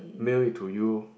mail it to you